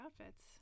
outfits